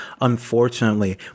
unfortunately